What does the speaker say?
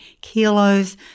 kilos